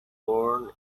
born